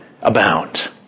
abound